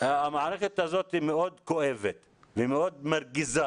המערכת הזאת היא מאוד כואבת והיא מאוד מרגיזה.